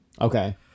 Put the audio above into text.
Okay